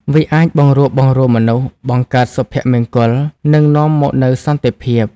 វាអាចបង្រួបបង្រួមមនុស្ស បង្កើតសុភមង្គល និងនាំមកនូវសន្តិភាព។